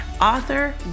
author